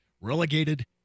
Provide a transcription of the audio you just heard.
relegated